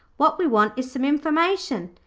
what we want is some information.